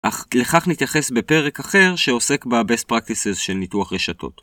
אך לכך נתייחס בפרק אחר שעוסק בבסט פרקטיסס של ניתוח רשתות.